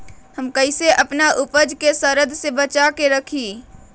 हम कईसे अपना उपज के सरद से बचा के रखी?